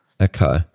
Okay